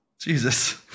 Jesus